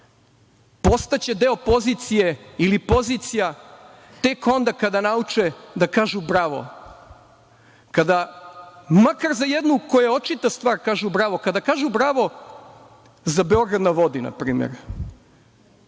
postaće deo pozicije ili pozicija tek onda kada nauče da kažu bravo, kada makar za jednu koja je očita stvar kažu bravo, kada kažu bravo za „Beograd na vodi“, na primer.